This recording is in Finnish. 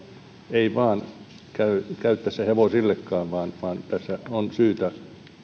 ei vaan käy tässä hevosillekaan vaan tässä on syytä